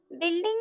building